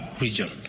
region